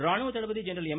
ராணுவ தளபதி general M